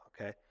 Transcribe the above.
Okay